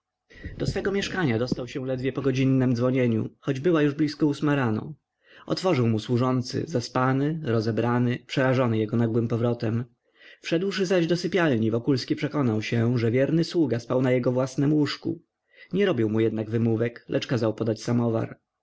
to nie obchodziło do swego mieszkania dostał się ledwie po godzinnem dzwonieniu choć była blisko ósma rano otworzył mu służący zaspany rozebrany przerażony jego nagłym powrotem wszedłszy zaś do sypialni wokulski przekonał się że wierny sługa spał na jego własnem łóżku nie robił mu jednak wymówek lecz kazał podać